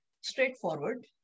straightforward